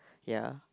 ya